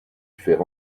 faire